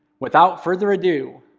without further ado,